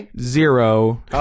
zero